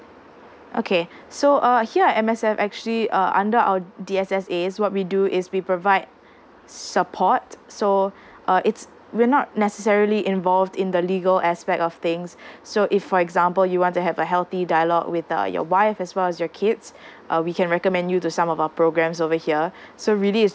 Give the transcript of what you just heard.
okay so uh here at M_S_F actually uh under our D_S_S_A's what we do is we provide support so uh it's we are not necessarily involved in the legal aspects of things so if for example you want to have a healthy dialogue with uh your wife as well as your kids uh we can recommend you to some of our programmes over here so really